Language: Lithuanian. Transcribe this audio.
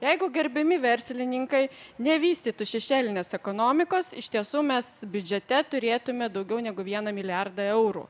jeigu gerbiami verslininkai nevystytų šešėlinės ekonomikos iš tiesų mes biudžete turėtume daugiau negu vieną milijardą eurų